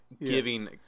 giving